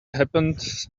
happens